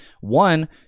One